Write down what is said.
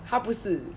她不是